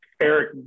Eric